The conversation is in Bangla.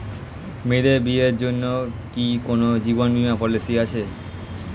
মেয়েদের বিয়ের জন্য কি কোন জীবন বিমা পলিছি আছে?